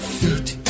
feet